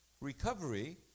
Recovery